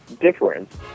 difference